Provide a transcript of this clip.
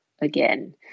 again